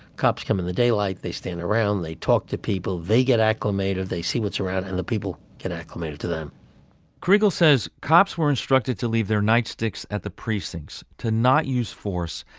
cops come in the daylight, they stand around, they talk to people, they get acclimated, they see what's around and the people get acclimated to them kriegel says cops were instructed to leave their nightsticks at the precincts, to not use force,